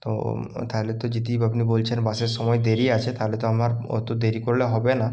তো তাহলে তো যদি আপনি বলছেন বাসের সময় দেরি আছে তাহলে তো আমার অত দেরি করলে হবে না